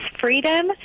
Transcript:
Freedom